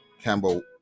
Campbell